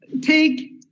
take